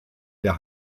der